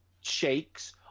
shakes